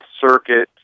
Circuit